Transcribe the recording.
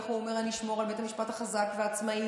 איך הוא אומר: אני אשמור על בית המשפט חזק ועצמאי.